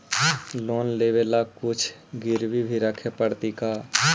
Loan लेबे ल कुछ गिरबी भी रखे पड़तै का?